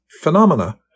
phenomena